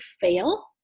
fail